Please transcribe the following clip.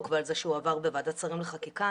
ועל זה שהיא עברה בוועדת שרים לחקיקה.